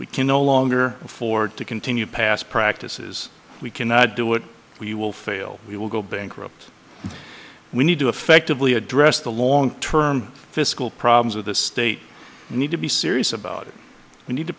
we can no longer afford to continue past practices we cannot do it we will fail we will go bankrupt we need to effectively address the long term fiscal problems of the state need to be serious about it we need to